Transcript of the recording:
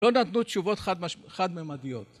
לא נתנו תשובות חד מימדיות